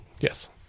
Yes